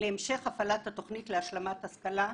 להמשך הפעלת התוכנית להשלמת השכלה.